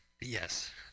Yes